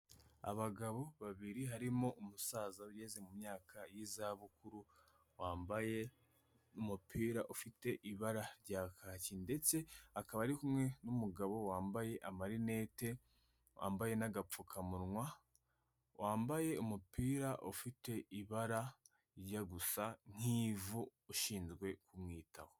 Abagabo babiri, harimo umusaza ugeze mu myaka y'izabukuru, wambaye umupira ufite ibara rya kaki ndetse akaba ari kumwe n'umugabo wambaye amarinete, wambaye n'agapfukamunwa, wambaye umupira ufite ibara rijya gusa nk'ivu, ushinzwe kumwitaho.